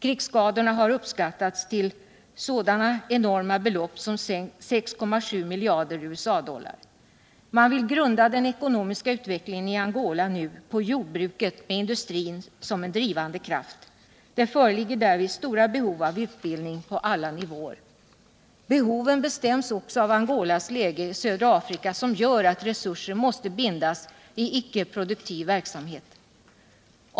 Krigsskadorna har uppskattats till sådana enorma belopp som 6,7 miljarder USA-dollar. Man vill nu grunda den ekonomiska utvecklingen i Angola på jordbruket med industrin som en drivande kraft. Det föreligger därvid stora behov av utbildning på alla nivåer. Behoven bestäms också av Angolas läge i södra Afrika, vilket gör att resurser måste bindas i icke produktiv verksamhet.